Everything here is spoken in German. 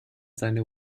seine